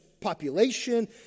population